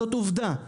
זאת עובדה.